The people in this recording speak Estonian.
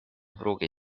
pruugi